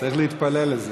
צריך להתפלל לזה.